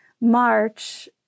March